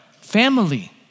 family